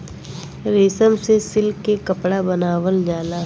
रेशम से सिल्क के कपड़ा बनावल जाला